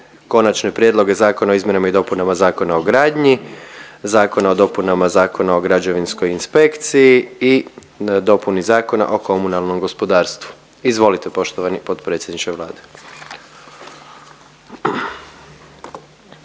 Konačne prijedloge zakona o izmjenama i dopunama Zakona o gradnji, Zakona o dopunama Zakona o građevinskoj inspekciji i dopuni Zakona o komunalnom gospodarstvu. Izvolite poštovani potpredsjedniče Vlade.